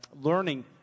learning